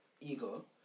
ego